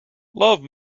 love